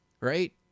Right